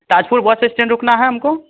Tajpur bus stand रुकना है हमको